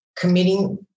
committing